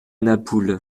napoule